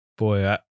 Boy